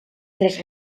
tres